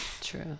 True